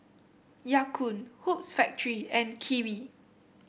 Ya Kun Hoops Factory and Kiwi